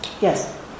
Yes